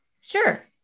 sure